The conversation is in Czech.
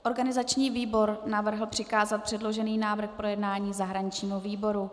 Organizační výbor navrhl přikázat předložený návrh k projednání zahraničnímu výboru.